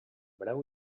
breu